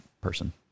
person